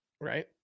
right